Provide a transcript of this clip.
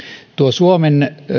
suomen